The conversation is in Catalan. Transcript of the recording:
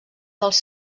dels